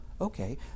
okay